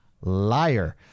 Liar